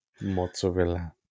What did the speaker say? Mozzarella